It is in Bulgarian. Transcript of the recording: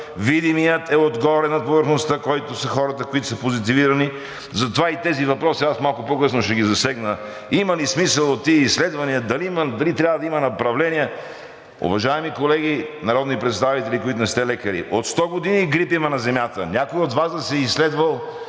видимият е отгоре на повърхността, на който са хората, които са позитивирани. Затова и тези въпроси аз малко по-късно ще ги засегна: има ли смисъл от тези изследвания, дали трябва да има направления? Уважаеми колеги народни представители, които не сте лекари, от 100 години грип на Земята някой от Вас да се е изследвал